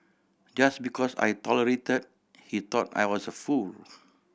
just because I tolerated he thought I was a fool